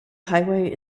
highway